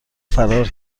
فرار